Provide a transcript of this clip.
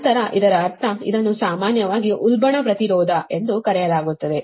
ನಂತರ ಇದರ ಅರ್ಥ ಇದನ್ನು ಸಾಮಾನ್ಯವಾಗಿ ಉಲ್ಬಣ ಪ್ರತಿರೋಧ ಎಂದು ಕರೆಯಲಾಗುತ್ತದೆ